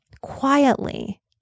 quietly